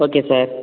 okay sir